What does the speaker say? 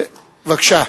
בבקשה.